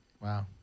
Wow